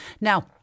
Now